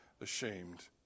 ashamed